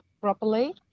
properly